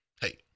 hey